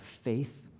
faith